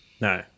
No